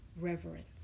reverence